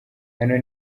hano